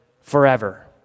forever